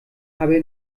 habe